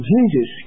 Jesus